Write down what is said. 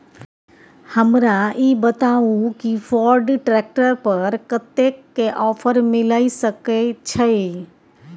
हमरा ई बताउ कि फोर्ड ट्रैक्टर पर कतेक के ऑफर मिलय सके छै?